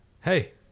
hey